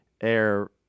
air